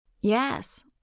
Yes